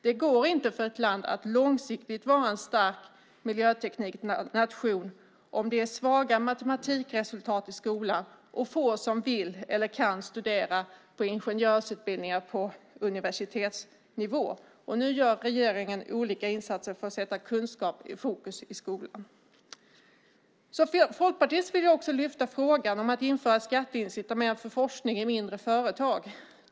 Det går inte för ett land att långsiktigt vara en stark miljötekniknation om det är svaga matematikresultat i skolan och få som vill eller kan studera på ingenjörsutbildningar på universitetsnivå. Nu gör regeringen olika insatser för att sätta kunskap i fokus i skolan. Som folkpartist vill jag också lyfta fram frågan om att införa skatteincitament för forskning i mindre företag.